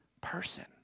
person